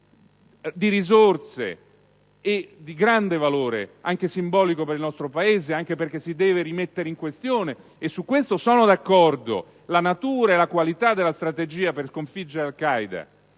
di risorse e di grande valore anche simbolico per il nostro Paese? Anche perché si deve rimettere in questione - su questo sono d'accordo - la natura e la qualità della strategia per sconfiggere Al Qaeda